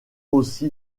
aussi